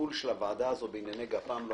הטיפול של הוועדה הזו בעניין גפ"מ,